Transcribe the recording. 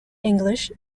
english